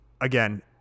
again